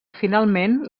finalment